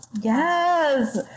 Yes